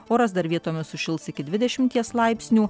oras dar vietomis sušils iki dvidešimties laipsnių